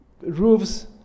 roofs